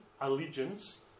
allegiance